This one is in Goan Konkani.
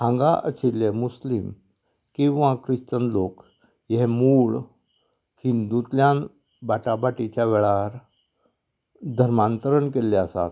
हांगा आशिल्ले मुस्लिम किंवा क्रिश्चन लोक हे मूळ हिंदूतल्यान बाटाबाटीच्या वेळार धर्मांतरण केल्ले आसा